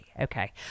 Okay